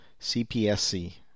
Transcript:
CPSC